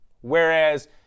Whereas